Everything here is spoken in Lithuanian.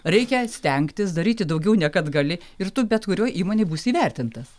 reikia stengtis daryti daugiau ne kad gali ir tu bet kurioj įmonėj būsi įvertintas